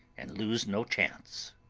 and lose no chance.